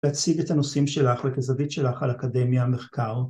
‫להציג את הנושאים שלך ‫וכזווית שלך על אקדמיה המחקר.